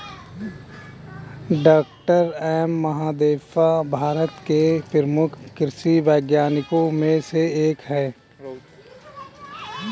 doctor M Mahadevappa Bharat के प्रमुख कृषि वैज्ञानिकों में से एक हैं